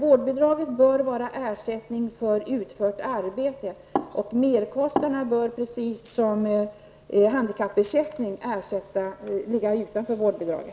Vårdbidraget bör vara ersättning för utfört arbete, och ersättning för merkostnad bör, precis som handikappersättning, ligga utanför vårdbidraget.